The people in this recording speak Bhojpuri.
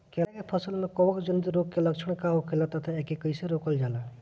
केला के फसल में कवक जनित रोग के लक्षण का होखेला तथा एके कइसे रोकल जाला?